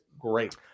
great